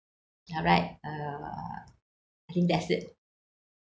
alright uh I think that's it